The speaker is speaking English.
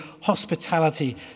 hospitality